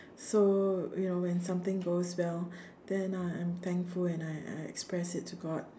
so you know when something goes well then I I'm thankful and I I express it to god